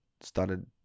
started